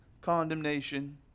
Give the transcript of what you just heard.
condemnation